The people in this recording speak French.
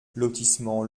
lotissement